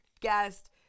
guest